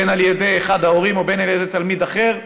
אם על ידי אחד ההורים ואם על ידי תלמיד אחר,